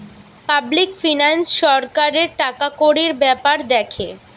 public finance সরকারের টাকাকড়ির বেপার দ্যাখে